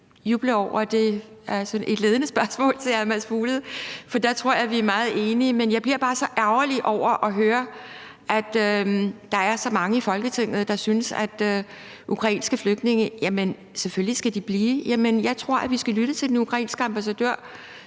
bliver et ledende spørgsmål til hr. Mads Fuglede, for der tror jeg, vi er meget enige. Men jeg bliver bare så ærgerlig over at høre, at der er så mange i Folketinget, der synes, at ukrainske flygtninge selvfølgelig skal blive. Jeg tror, at vi skal lytte til den ukrainske ambassadør,